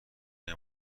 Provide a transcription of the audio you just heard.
نمی